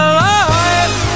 life